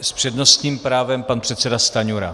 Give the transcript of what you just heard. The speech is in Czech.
S přednostním právem pan předseda Stanjura.